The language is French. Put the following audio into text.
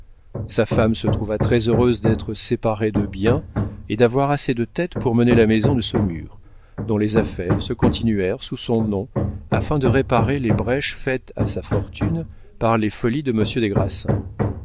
sa femme se trouva très heureuse d'être séparée de biens et d'avoir assez de tête pour mener la maison de saumur dont les affaires se continuèrent sous son nom afin de réparer les brèches faites à sa fortune par les folies de monsieur des